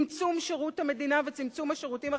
צמצום תקציב המדינה וצמצום השירותים החברתיים.